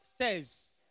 says